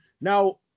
Now